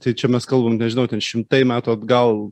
tai čia mes kalbam nežinau ten šimtai metų atgal